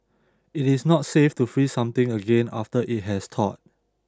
it is not safe to freeze something again after it has thawed